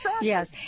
Yes